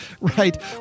right